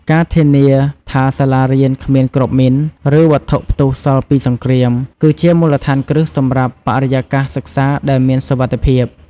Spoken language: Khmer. ការធានាថាសាលារៀនគ្មានគ្រាប់មីន ឬវត្ថុផ្ទុះសល់ពីសង្គ្រាម គឺជាមូលដ្ឋានគ្រឹះសម្រាប់ បរិយាកាសសិក្សាដែលមានសុវត្ថិភាព។